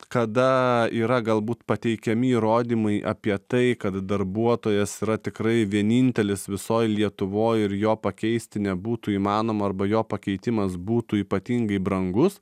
kada yra galbūt pateikiami įrodymai apie tai kad darbuotojas yra tikrai vienintelis visoj lietuvoj ir jo pakeisti nebūtų įmanoma arba jo pakeitimas būtų ypatingai brangus